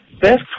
best